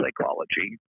psychology